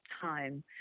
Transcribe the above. time